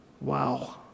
Wow